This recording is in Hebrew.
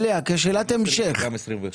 יש לי שאלת המשך.